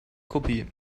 kopie